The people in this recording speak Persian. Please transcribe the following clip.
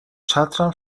چترم